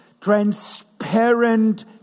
transparent